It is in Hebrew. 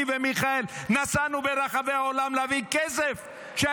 אני ומיכאל נסענו ברחבי העולם להביא כסף כדי